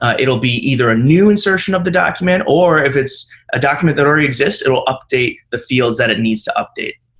ah it will be either a new insertion of the document or, if it's a document that already exists, it will update the fields that it needs to update.